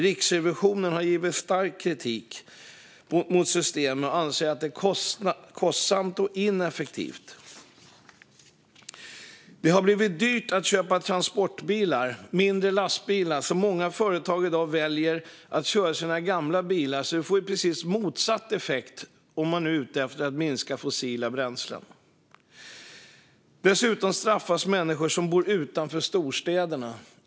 Riksrevisionen har framfört stark kritik mot systemet och anser att det är kostsamt och ineffektivt. Det har blivit dyrt att köpa transportbilar och mindre lastbilar, så många företag väljer i dag att köra sina gamla bilar. Det får precis motsatt effekt om man är ute efter att minska de fossila bränslena. Dessutom straffas människor som bor utanför storstäderna.